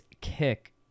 kick